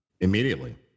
immediately